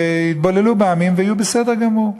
יתבוללו בעמים ויהיו בסדר גמור.